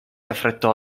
affrettò